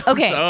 Okay